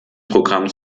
programm